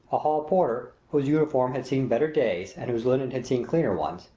hall porter, whose uniform had seen better days and whose linen had seen cleaner ones,